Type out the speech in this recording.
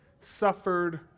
suffered